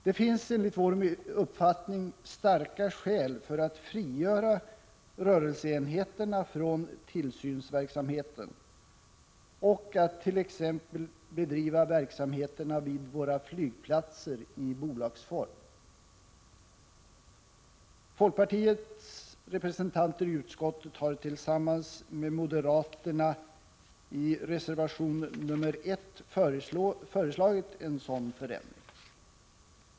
Det finns enligt vår uppfattning starka skäl för att frigöra rörelseenheterna från tillsynsverksamheten och att t.ex. bedriva verksamheterna vid våra flygplatser i bolagsform. Folkpartiets representanter i utskottet har tillsammans med moderaterna i reservation nr 1 föreslagit en sådan förändring.